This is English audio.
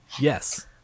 Yes